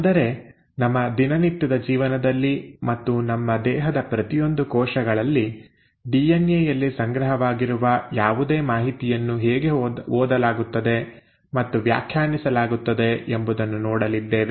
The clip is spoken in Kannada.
ಅಂದರೆ ನಮ್ಮ ದಿನನಿತ್ಯದ ಜೀವನದಲ್ಲಿ ಮತ್ತು ನಮ್ಮ ದೇಹದ ಪ್ರತಿಯೊಂದು ಕೋಶಗಳಲ್ಲಿ ಡಿಎನ್ಎ ಯಲ್ಲಿ ಸಂಗ್ರಹವಾಗಿರುವ ಯಾವುದೇ ಮಾಹಿತಿಯನ್ನು ಹೇಗೆ ಓದಲಾಗುತ್ತದೆ ಮತ್ತು ವ್ಯಾಖ್ಯಾನಿಸಲಾಗುತ್ತದೆ ಎಂಬುದನ್ನು ನೋಡಲಿದ್ದೇವೆ